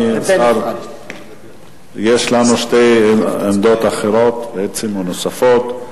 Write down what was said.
יש לנו שתי עמדות נוספות.